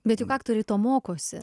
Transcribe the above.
bet juk aktoriai to mokosi